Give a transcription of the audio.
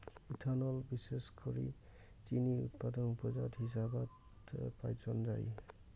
ethanol বিশেষ করি চিনি উৎপাদন উপজাত হিসাবত পাওয়াঙ যাই